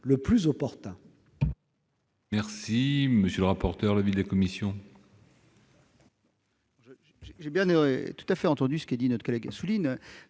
le plus opportun.